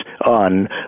on